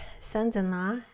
sons-in-law